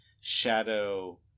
Shadow